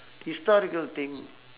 historical thing